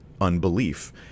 unbelief